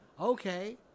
Okay